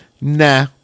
nah